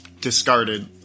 discarded –